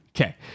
Okay